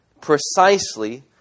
precisely